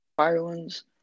Ireland's